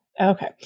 Okay